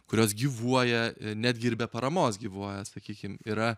kurios gyvuoja netgi ir be paramos gyvuoja sakykim yra